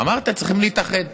אמרת, צריכים להתאחד.